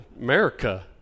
America